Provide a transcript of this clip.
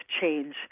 change